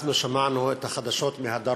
אנחנו שמענו את החדשות מהדרום,